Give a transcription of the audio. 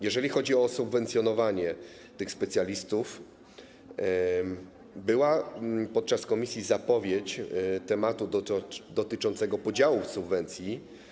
Jeżeli chodzi o subwencjonowanie tych specjalistów, była podczas posiedzenia komisji zapowiedź tematu dotyczącego podziału subwencji.